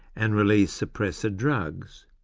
and release suppressor drugs.